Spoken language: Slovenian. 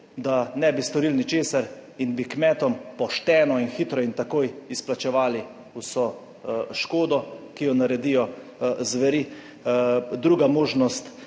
da ne bi storili ničesar in bi kmetom pošteno in hitro in takoj izplačevali vso škodo, ki jo naredijo zveri. Druga možnost